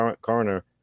coroner